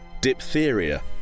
diphtheria